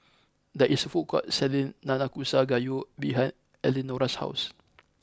there is a food court selling Nanakusa Gayu behind Eleonora's house